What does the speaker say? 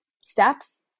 steps